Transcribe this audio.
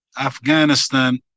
Afghanistan